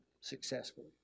successfully